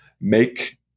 make